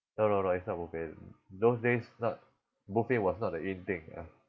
no no no it's not buffet those days not buffet was not the in thing ya